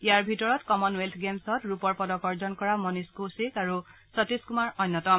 ইয়াৰ ভিতৰত কমনৱেলথ গেমছত ৰূপৰ পদক অৰ্জন কৰা মণীষ কৌশিক আৰু সতীশ কুমাৰ অন্যতম